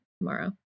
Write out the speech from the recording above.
tomorrow